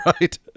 Right